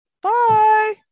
Bye